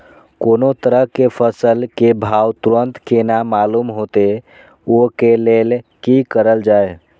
कोनो तरह के फसल के भाव तुरंत केना मालूम होते, वे के लेल की करल जाय?